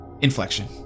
Inflection